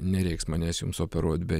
nereiks manęs jums operuot be